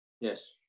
Yes